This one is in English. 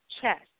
chest